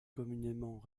communément